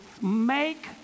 make